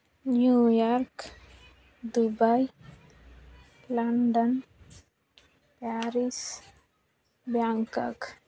New York Dubai London Paris Bangkok